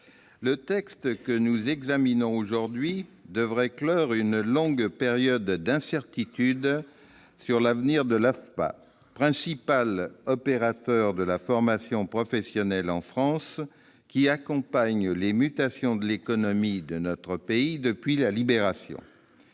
le texte que nous examinons aujourd'hui devrait clore une longue période d'incertitude sur l'avenir de l'AFPA, principal opérateur de la formation professionnelle en France, qui accompagne les mutations de l'économie de notre pays depuis la Libération.